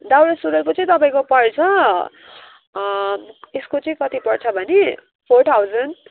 दौरा सुरुवालको चाहिँ तपाईँको पर्छ यसको कति पर्छ भने फोर थाउजन्ड